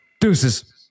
Deuces